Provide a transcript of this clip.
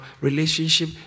relationship